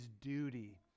duty